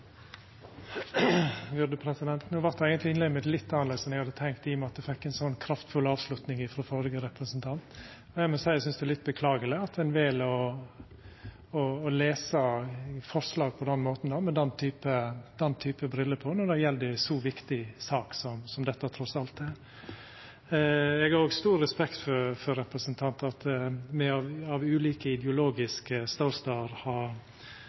No vart eigentleg innlegget mitt litt annleis enn eg hadde tenkt, i og med at ein fekk ei så kraftfull avslutning frå den førre representanten. Eg må seia at eg synest det er litt beklageleg at ein vel å lesa forslag på den måten, med den typen briller, når det gjeld ei så viktig sak som dette trass i alt er. Eg har stor respekt for den førre representanten med omsyn til at me på grunn av ulike ideologiske ståstader har